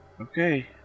Okay